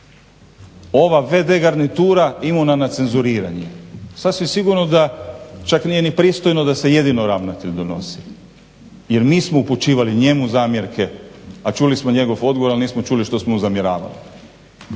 ova vd garnitura imuna na cenzuriranje. Sasvim sigurno čak nije ni pristojno da se jedino ravnatelj donosi jer mi smo upućivali njemu zamjerke, a čuli smo njegov odgovor a nismo čuli što smo mu zamjeravali.